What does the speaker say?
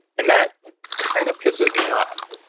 and that kind of pisses me off.